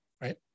right